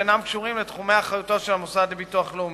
שאינם קשורים לתחומי אחריותו של המוסד לביטוח לאומי.